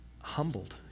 humbled